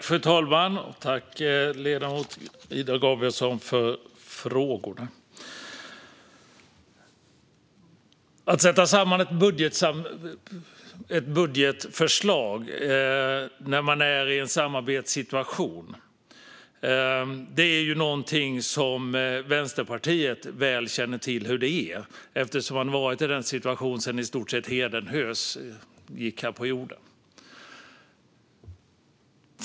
Fru talman! Tack, Ida Gabrielsson, för frågorna! Hur det är att sätta samman ett budgetförslag när man är i en samarbetssituation är något som Vänsterpartiet väl känner till eftersom man har varit i den situationen i stort sett ända sedan hedenhös.